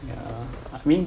ya I mean